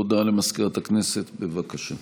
הודעה למזכירת הכנסת, בבקשה.